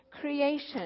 creation